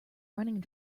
running